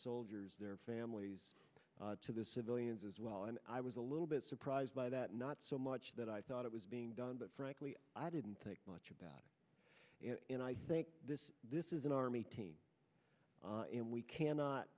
soldiers their families to the civilians as well and i was a little bit surprised by that not so much that i thought it was being done but frankly i didn't think much about it and i think this is this is an army team and we cannot